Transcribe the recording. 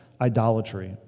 idolatry